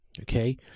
Okay